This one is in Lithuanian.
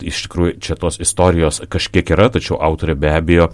iš tikrųjų čia tos istorijos kažkiek yra tačiau autorė be abejo